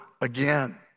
again